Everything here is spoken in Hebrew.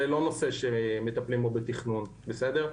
זה לא נושא שמטפלים פה בתכנון, בסדר?